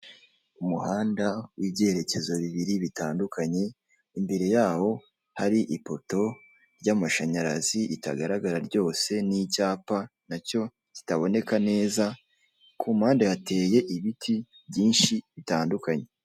Umuhanda w'ibyerekezo bibiri bitandukanye, imbere yawo hari ipoto ry'amashanyarazi ritagaragara ryose n'icyapa nacyo kitaboneka neza ku mpande hateye ibiti byinshi bitandukanye.